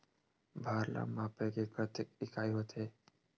भार ला मापे के कतेक इकाई होथे?